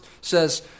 says